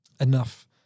enough